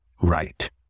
Right